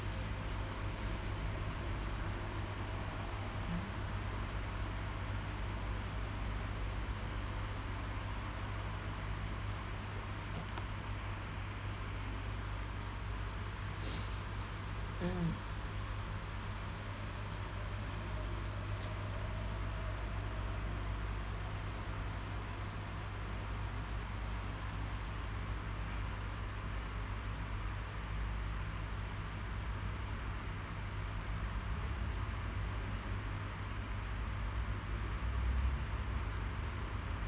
mm